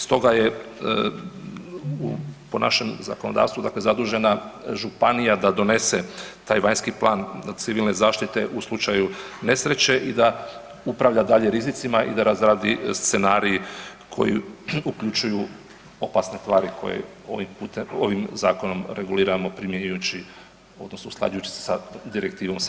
Stoga je po našem zakonodavstvu zadužena županija da donese taj vanjski plan civilne zaštite u slučaju nesreće i da upravlja dalje rizicima i da razradi scenarij koji uključuju opasne tvari koje ovim zakonom reguliramo primjenjujući odnosno usklađujući se sa direktivom CZV3.